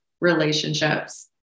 relationships